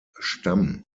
stamm